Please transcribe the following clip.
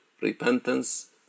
repentance